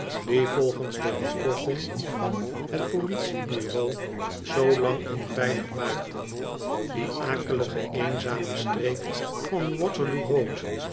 die volgens de rapporten van het politie-bureau zoo lang onveilig maakten die akelige eenzame streek van waterloo road